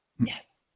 Yes